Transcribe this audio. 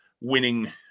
winning